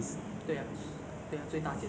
卖东西 ah 逛街 ah